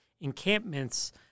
encampments